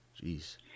Jeez